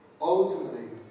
Ultimately